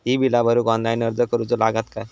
ही बीला भरूक ऑनलाइन अर्ज करूचो लागत काय?